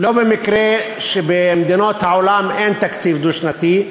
לא במקרה במדינות העולם אין תקציב דו-שנתי,